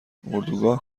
اردوگاه